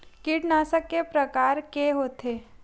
कीटनाशक के प्रकार के होथे?